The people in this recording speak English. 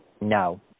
No